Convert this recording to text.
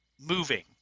moving